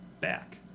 back